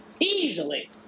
Easily